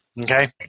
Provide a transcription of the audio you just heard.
Okay